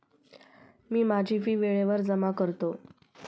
मी माझी फी वेळेवर जमा करतो